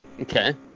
Okay